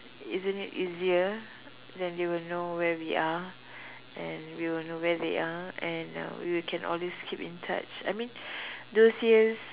isn't it easier then you will know where we are and we will know where they are and uh we can always keep in touch I mean those years